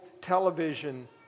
television